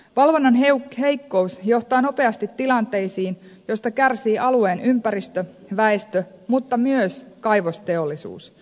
valvonnan heikkous johtaa nopeasti tilanteisiin joista kärsii alueen ympäristö väestö mutta myös kaivosteollisuus